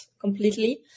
completely